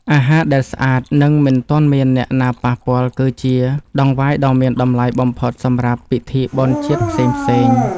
អាហារដែលស្អាត និងមិនទាន់មានអ្នកណាប៉ះពាល់ គឺជាដង្វាយដ៏មានតម្លៃបំផុតសម្រាប់ពិធីបុណ្យជាតិផ្សេងៗ។